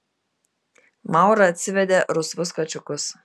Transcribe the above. maura atsivedė rusvus kačiukus